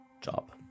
job